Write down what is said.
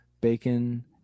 bacon